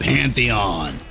Pantheon